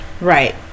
right